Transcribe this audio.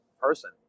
person